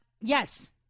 yes